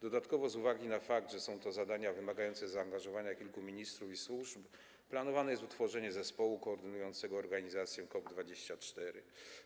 Dodatkowo, z uwagi na fakt, że są to zadania wymagające zaangażowania kilku ministrów i służb, planowane jest utworzenie zespołu koordynującego organizację konferencji COP24.